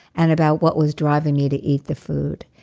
and about what was driving me to eat the food.